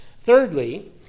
Thirdly